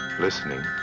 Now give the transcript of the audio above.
listening